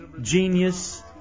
Genius